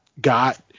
got